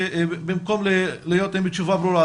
במקום להיות עם תשובה ברורה,